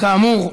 כאמור,